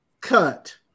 cut